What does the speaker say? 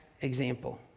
example